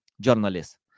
journalists